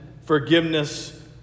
forgiveness